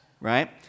right